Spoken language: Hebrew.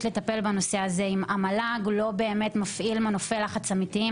לטפל בנושא הזה אם המל"ג לא באמת מפעיל מנופי לחץ אמיתיים?